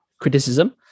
criticism